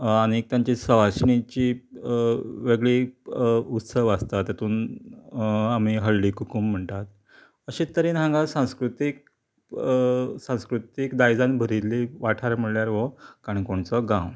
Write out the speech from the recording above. आनीक तांची सवाशिणिची वेगळी उत्सव आसता तातूंन आमी हळदी कुकूम म्हणटात अशें तरेन हांगा सांस्कृतीक सांस्कृतीक दायजान भरिल्ले वाठार म्हळ्यार हो काणकोणचो गांव